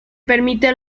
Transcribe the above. permite